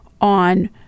on